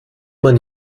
man